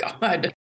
God